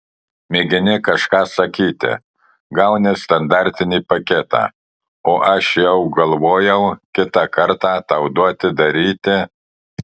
mėgini kažką sakyti gauni standartinį paketą o aš jau galvojau kitą kartą tau duoti daryti